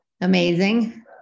amazing